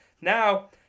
Now